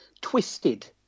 twisted